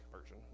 version